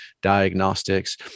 diagnostics